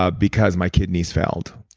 ah because my kidneys failed.